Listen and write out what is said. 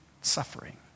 suffering